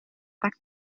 tak